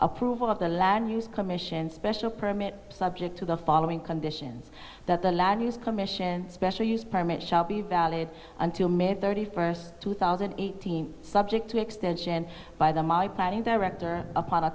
approval of the land use commission special permit subject to the following conditions that the laddies commission special use permit shall be valid until may thirty first two thousand and eighteen subject to extension by the my planning director upon a